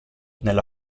nella